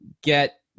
get